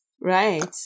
Right